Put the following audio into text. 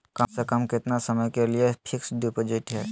कम से कम कितना समय के लिए फिक्स डिपोजिट है?